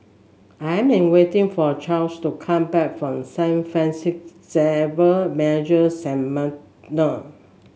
I am waiting for Chas to come back from Saint Francis Xavier Major Seminary